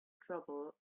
trouble